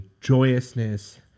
joyousness